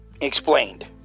explained